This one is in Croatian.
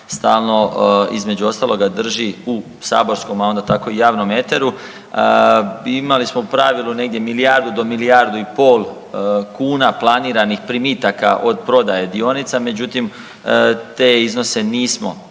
stalno između ostaloga drži u saborskom a onda tako i javnom eteru. Imali smo u pravilu negdje milijardu do milijardu i pol kuna planiranih primitaka od prodaje dionica, međutim, te iznose nismo